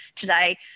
today